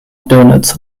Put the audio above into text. donuts